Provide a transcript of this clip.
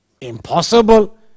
impossible